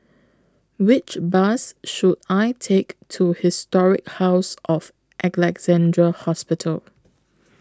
Which Bus should I Take to Historic House of Alexandra Hospital